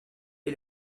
est